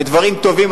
בדברים טובים,